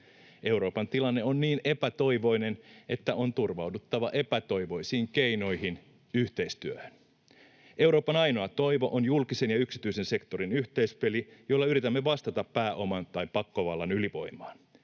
Euroopan tilanne on niin epätoivoinen, että on turvauduttava epätoivoisiin keinoihin: yhteistyöhön. Euroopan ainoa toivo on julkisen ja yksityisen sektorin yhteispeli, jolla yritämme vastata pääoman tai pakkovallan ylivoimaan.